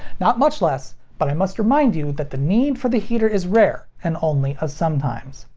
not much less, but i must remind you that the need for the heater is rare, and only a sometimes.